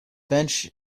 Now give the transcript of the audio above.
bench